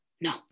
No